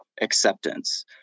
acceptance